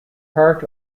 part